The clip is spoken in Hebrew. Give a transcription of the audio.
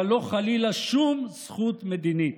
אבל לא, חלילה, שום זכות מדינית.